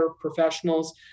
professionals